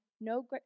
no